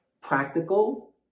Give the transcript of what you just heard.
practical